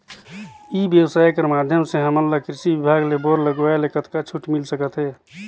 ई व्यवसाय कर माध्यम से हमन ला कृषि विभाग ले बोर लगवाए ले कतका छूट मिल सकत हे?